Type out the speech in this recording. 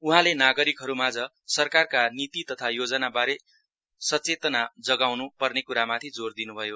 उहाँले नागरिकहरूमाझ सरकारका निती तथा योजनाहरूबारे सचेतमा जगाउन् पर्ने क्रामाथि जोर दिन्भयो